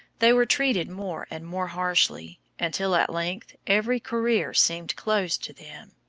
they were treated more and more harshly, until at length every career seemed closed to them.